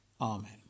amen